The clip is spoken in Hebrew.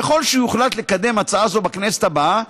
ככל שיוחלט לקדם הצעה זו בכנסת הבאה,